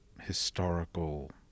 historical